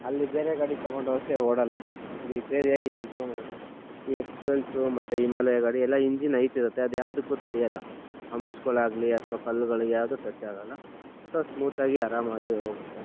ಅಲ್ಲಿ ಬೇರೆ ಗಾಡಿ ತಗೊಂಡೋದರೆ ಓಡೋಲ್ಲ ರಿಪೇರಿಯಾಗಿ ನಿಂತ್ಕೊಂಡ್ಬಿಡುತ್ತೆ ಈ ಎಕ್ಸ್ ಪೆಲ್ಸು ಮತ್ತು ಇಮಾಲಯ ಗಾಡಿ ಎಲ್ಲ ಇಂಜಿನ್ ಐಟಿರುತ್ತೆ ಅದು ಯಾವುದಕ್ಕೂ ತಡೆಯೊಲ್ಲ ಅಂಪ್ಸ್ಗಳಾಗಲಿ ಅಥವಾ ಕಲ್ಲುಗಳಿಗೆ ಯಾವುದೂ ಟಚ್ಚಾಗಲ್ಲ ಸೊ ಸ್ಮೂತಾಗಿ ಆರಾಮಾಗಿ ಹೋಗುತ್ತೆ